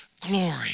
glory